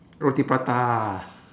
roti prata